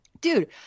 dude